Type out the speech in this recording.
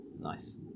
Nice